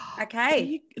Okay